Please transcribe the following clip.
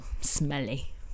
smelly